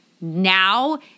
now